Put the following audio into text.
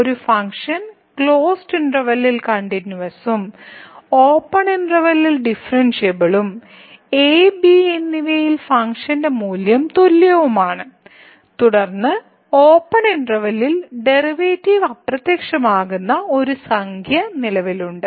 ഒരു function closed ഇന്റെർവെല്ലിൽ a b കണ്ടിന്യൂവസും ഓപ്പൺ ഇന്റെർവെല്ലിൽ a b ഡിഫറെൻഷിയബിളും a b എന്നിവയിലെ ഫംഗ്ഷൻ മൂല്യം തുല്യവുമാണ് തുടർന്ന് ഓപ്പൺ ഇന്റെർവെല്ലിൽ a b ഡെറിവേറ്റീവ് അപ്രത്യക്ഷമാകുന്ന ഒരു സംഖ്യ നിലവിലുണ്ട്